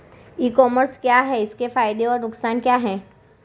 ई commerce क्या है इसके फायदे और नुकसान क्या है?